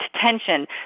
tension